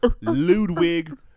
Ludwig